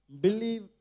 Believe